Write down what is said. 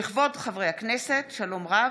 "לכבוד חברי הכנסת, שלום רב.